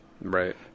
Right